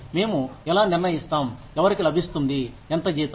మేము ఎలా నిర్ణయిస్తాం ఎవరికి లభిస్తుంది ఎంత జీతం